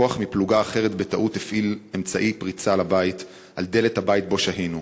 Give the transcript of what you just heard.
כוח מפלוגה אחרת בטעות הפעיל אמצעי פריצה לבית על דלת הבית שבו שהינו,